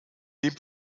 dem